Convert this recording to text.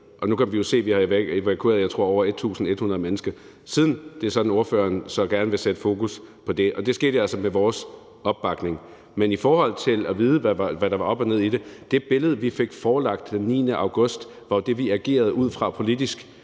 nu kan vi jo se, at vi har evakueret over 1.100 mennesker, tror jeg – siden ordføreren så gerne vil sætte fokus på det. Og det skete altså med vores opbakning. Men i forhold til at vide, hvad der var op og ned i det, vil jeg sige, at det billede, vi fik forelagt den 9. august, var det, vi agerede ud fra politisk.